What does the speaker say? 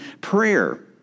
prayer